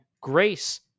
grace